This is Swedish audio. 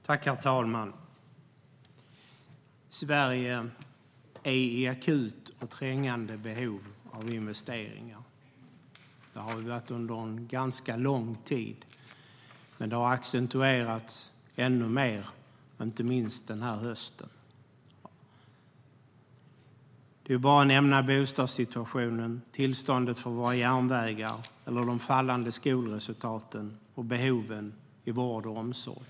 Herr talman! Sverige är i akut och trängande behov av investeringar. Det har vi varit under ganska lång tid. Men det har accentuerats ännu mer, inte minst den här hösten. Jag kan bara nämna bostadssituationen, tillståndet för våra järnvägar, de fallande skolresultaten och behoven i vård och omsorg.